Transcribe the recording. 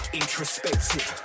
introspective